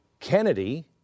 Kennedy